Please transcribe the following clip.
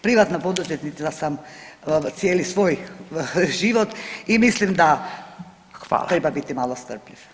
Privatna poduzetnica sam cijeli svoj život i mislim da treba biti malo strpljiv.